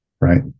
right